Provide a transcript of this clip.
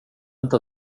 inte